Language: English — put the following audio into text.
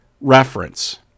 reference